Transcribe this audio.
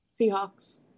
Seahawks